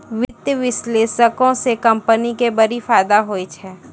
वित्तीय विश्लेषको से कंपनी के बड़ी फायदा होय छै